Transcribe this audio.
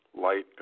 light